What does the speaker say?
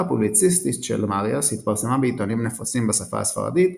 הפובליציסטית של מריאס התפרסמה בעיתונים נפוצים בשפה הספרדית,